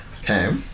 Okay